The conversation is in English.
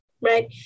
right